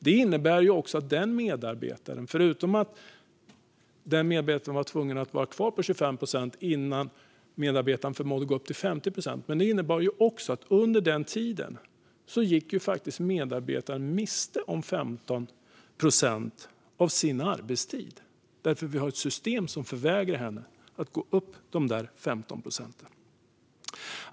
Det innebar att denna medarbetare också, förutom att hon tvingades vara kvar på 25 procent innan hon förmådde gå upp till 50 procent, gick miste om 15 procent av sin arbetstid. Systemet förvägrade ju henne att gå upp de där 15 procenten.